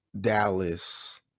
dallas